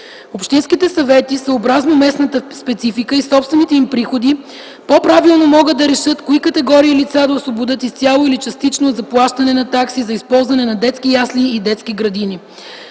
Общинските съвети съобразно местната специфика и собствените им приходи по правилно могат да решат кои категории лица да освободят изцяло или частично от заплащане на такси за използване на детски ясли и детски градини.